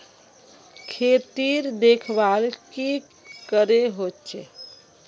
खेतीर देखभल की करे होचे?